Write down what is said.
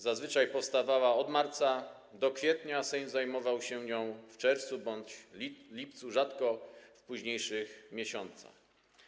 Zazwyczaj powstawała od marca do kwietnia, a Sejm zajmował się nią w czerwcu bądź lipcu, rzadko w późniejszych miesiącach.